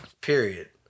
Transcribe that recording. period